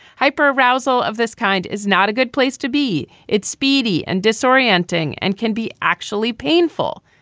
hyper arousal of this kind is not a good place to be. it's speedy and disorienting and can be actually painful.